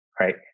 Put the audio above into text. right